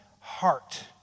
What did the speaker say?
heart